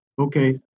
Okay